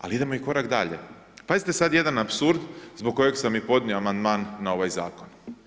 Ali idemo i korak dalje, pazite sad jedan apsurd zbog kojeg sam i podnio Amandman na ovaj Zakon.